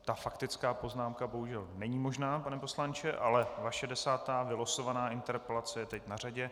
Ta faktická poznámka bohužel není možná, pane poslanče, ale vaše desátá vylosovaná interpelace je teď na řadě.